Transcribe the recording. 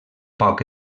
poc